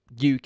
UK